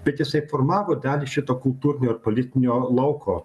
bet jisai formavo dalį šito kultūrinio ir politinio lauko